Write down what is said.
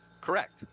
Correct